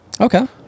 okay